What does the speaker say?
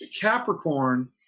Capricorn